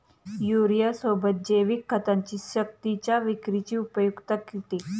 युरियासोबत जैविक खतांची सक्तीच्या विक्रीची उपयुक्तता किती?